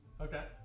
okay